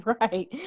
right